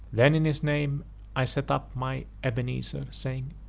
then in his name i set up my ebenezer, saying,